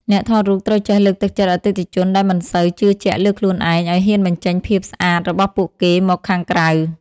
អ្នកថតរូបត្រូវចេះលើកទឹកចិត្តអតិថិជនដែលមិនសូវជឿជាក់លើខ្លួនឯង ឱ្យហ៊ានបញ្ចេញភាពស្អាតរបស់ពួកគេមកខាងក្រៅ។